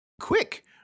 Quick